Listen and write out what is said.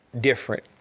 different